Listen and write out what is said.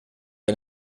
ein